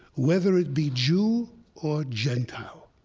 whether it be jew or gentile,